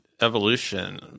Evolution